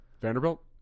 Vanderbilt